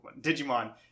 Digimon